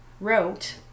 wrote